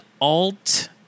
alt